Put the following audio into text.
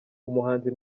umuhanzi